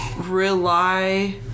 Rely